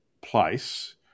place